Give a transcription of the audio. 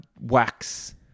Wax